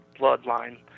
bloodline